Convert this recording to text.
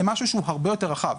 למשהו שהוא הרבה יותר רחב.